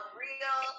real